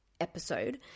episode